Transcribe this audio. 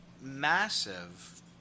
massive